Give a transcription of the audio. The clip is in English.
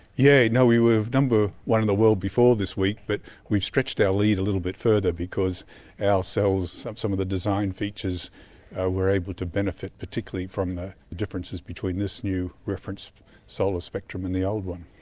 yeah you know we were number one in the world before this week but we've stretched our lead a little bit further because our cells. some some of the design features ah were able to benefit particularly from the differences between this new reference solar spectrum and the old one.